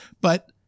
But-